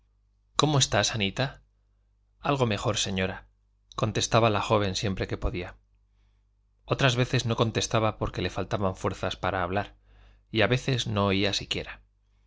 cómo estás anita algo mejor señora contestaba la joven siempre que podía otras veces no contestaba porque le faltaban fuerzas para hablar y a veces no oía siquiera